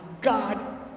God